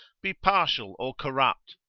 be partial or corrupt,